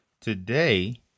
today